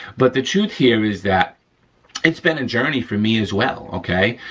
but the truth here is that it's been a journey for me as well, okay?